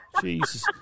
Jesus